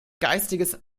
geistiges